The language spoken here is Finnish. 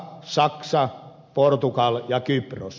ranska saksa portugali ja kypros